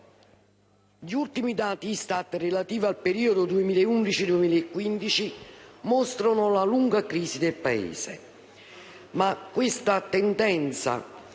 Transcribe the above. gli ultimi dati ISTAT, relativi al periodo 2011-2015, mostrano la lunga crisi del Paese. Ma questa tendenza